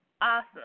Awesome